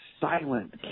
silent